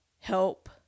help